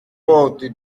porte